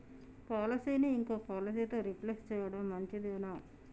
పాలసీని ఇంకో పాలసీతో రీప్లేస్ చేయడం మంచిదేనా?